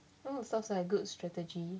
oh sounds like a good strategy